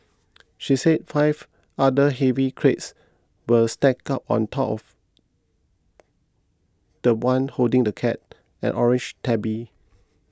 she said five other heavy crates were stacked on top of the one holding the cat an orange tabby